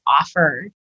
offer